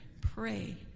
Pray